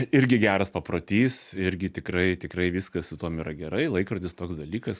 irgi geras paprotys irgi tikrai tikrai viskas su tuom yra gerai laikrodis toks dalykas